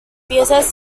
piezas